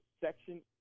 Section